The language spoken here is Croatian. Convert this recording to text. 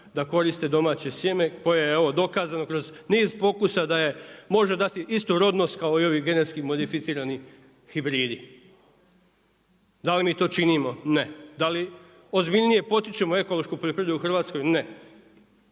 da koriste domaće sjene koje je evo dokazano kroz niz pokusa da može dati istu rodnost kao i ovi genetski modificirani hibridi. Da li mi to činimo? Ne. Da li ozbiljnije potičemo ekološku poljoprivredu u Hrvatskoj? Ne.